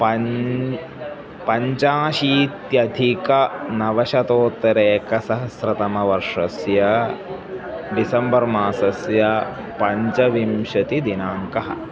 पञ्च पञ्चाशीत्यधिकनवशतोत्तरैकसहस्रतमवर्षस्य डिसेम्बर् मासस्य पञ्चविंशतिदिनाङ्कः